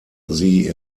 sie